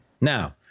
Now